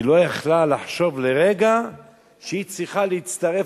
היא לא יכלה לחשוב לרגע שהיא צריכה להצטרף,